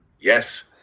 yes